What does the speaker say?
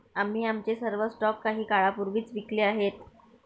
आम्ही आमचे सर्व स्टॉक काही काळापूर्वीच विकले आहेत